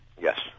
Yes